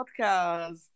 podcast